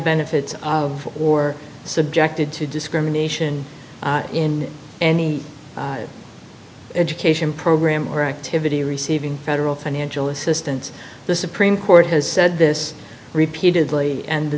benefits or subjected to discrimination in any education program or activity receiving federal financial assistance the supreme court has said this repeatedly and the